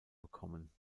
bekommen